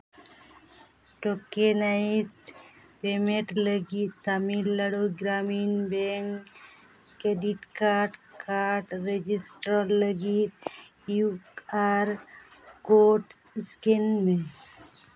tokenised payment ᱞᱟᱹᱜᱤᱫ Tamil Nadu Gramin bank credit card card register ᱞᱟᱹᱜᱤᱫ U R code scan ᱢᱮ